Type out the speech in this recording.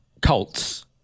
cults